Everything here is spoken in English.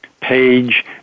page